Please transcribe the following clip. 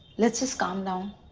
let's just calm down.